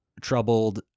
troubled